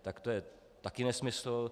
Tak to je taky nesmysl.